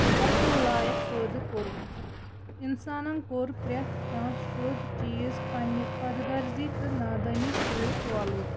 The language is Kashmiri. بَسُن لایق پٲدٕ کوٚرمُت اِنسانَن کوٚر پرٛٮ۪تھ کانٛہہ شوٚد چیٖز پنٛںہِ خۄد غرضی تہٕ نادٲنی سۭتۍ اولوٗد